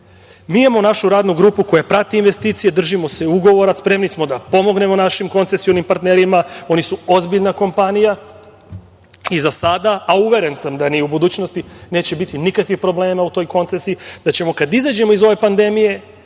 imamo našu radnu grupu koja prati investicije. Držimo se ugovora, spremni smo da pomognemo našim koncesionim partnerima, oni su ozbiljna kompanija. Za sada, a uveren sam da ni u budućnosti neće biti nikakvih problema u toj koncesiji, da ćemo kada izađemo iz ove pandemije